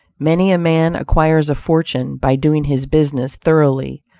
many a man acquires a fortune by doing his business thoroughly,